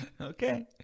Okay